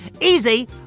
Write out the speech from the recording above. easy